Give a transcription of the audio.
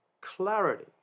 clarity